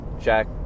Jack